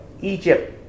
Egypt